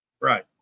Right